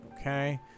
okay